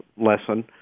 lesson